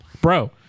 Bro